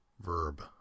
Verb